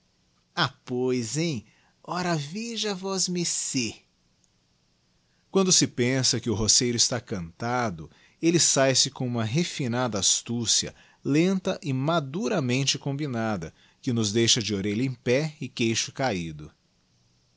apois hein ora veja vosmecê l quando se pensa que o roceiro está cantado elle sahe se com uma refinada astúcia lenta e madu ramente combinada que nos deixa de orelha em pé e queixo cabido